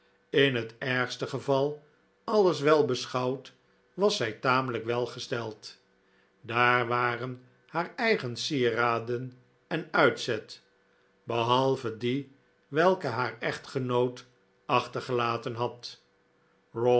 in het ergste geval alles welbeschouwd was zij tamelijk welgesteld daar waren haar eigen sieraden en uitzet behalve die welke haar echtgenoot achtergelaten had